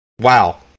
wow